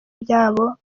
byabo